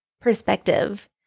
perspective